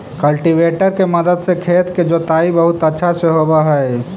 cultivator के मदद से खेत के जोताई बहुत अच्छा से होवऽ हई